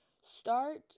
start